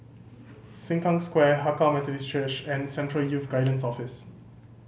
Sengkang Square Hakka Methodist Church and Central Youth Guidance Office